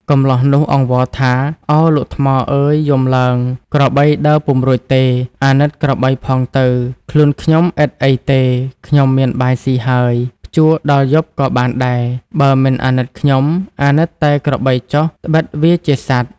កម្លោះនោះអង្វរថា "ឱ! លោកថ្មអើយយំឡើង ក្របីដើរពុំរួចទេ អាណិតក្របីផងទៅ ខ្លួនខ្ញុំឥតអីទេ ខ្ញុំមានបាយស៊ីហើយ ភ្ជួរដល់យប់ក៏បានដែរ បើមិនអាណិតខ្ញុំអាណិតតែក្របីចុះត្បិតវាជាសត្វ"។